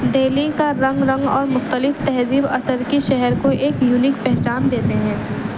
دہلی کا رنگ رنگ اور مختلف تہذیب اثر کی شہر کو ایک یونک پہچان دیتے ہیں